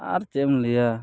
ᱟᱨ ᱪᱮᱫᱮᱢ ᱞᱟᱹᱭᱟ